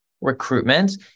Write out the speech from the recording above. recruitment